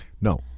No